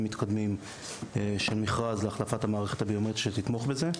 מתקדמים של מכרז להחלפת המערכת הביומטרית שתתמוך בזה.